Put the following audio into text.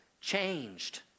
changed